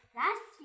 last